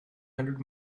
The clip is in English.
hundred